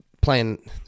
playing